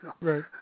Right